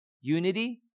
Unity